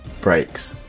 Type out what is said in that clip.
breaks